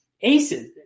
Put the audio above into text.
aces